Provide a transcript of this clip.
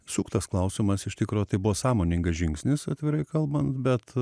suktas klausimas iš tikro tai buvo sąmoningas žingsnis atvirai kalbant bet